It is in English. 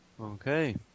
Okay